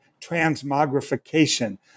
transmogrification